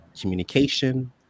communication